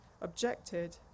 objected